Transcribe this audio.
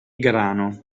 grano